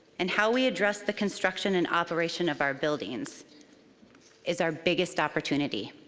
and how we address the construction and operation of our buildings is our biggest opportunity.